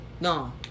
No